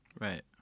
right